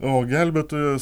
o gelbėtojas